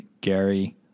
Gary